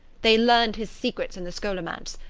they learned his secrets in the scholomance,